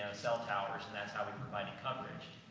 cell towers and that's how we're providing coverage.